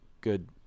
good